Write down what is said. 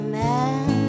man